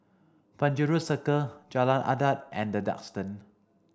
Penjuru Circle Jalan Adat and the Duxton